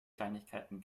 kleinigkeiten